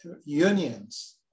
unions